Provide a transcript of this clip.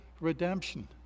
redemption